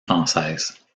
françaises